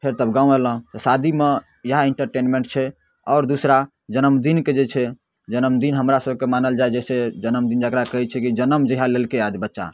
फेर तब गाँव अयलहुँ तऽ शादीमे इएह इन्टरटेनमेन्ट छै आओर दुसरा जन्मदिनके जे छै जन्मदिन हमरा सभके मानल जाइ जैसे जन्मदिन जकरा कहै छै कि जनम जहिया लेलकै बच्चा